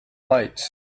lights